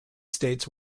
states